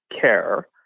Care